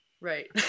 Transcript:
Right